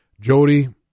jody